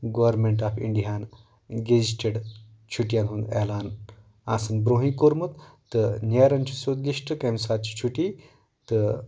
government of انڈیاہَن gazetted چھُٹیَن ہُنٛد اعلان آسان برونٛہٕے کوٚرمُت تہٕ نیران چھِ سیٚود لِسٹ کَمہِ ساتہٕ چھِ چھُٹیہِ تہٕ